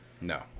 No